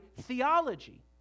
theology